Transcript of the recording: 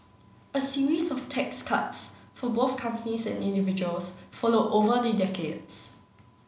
a series of tax cuts for both companies and individuals followed over the decades